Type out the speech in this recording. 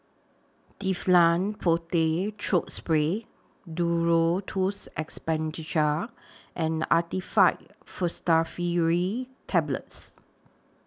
Difflam Forte Throat Spray Duro Tuss and Actifed Pseudoephedrine Tablets